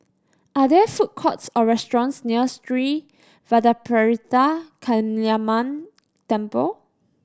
are there food courts or restaurants near Sri Vadapathira Kaliamman Temple